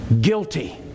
guilty